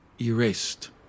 erased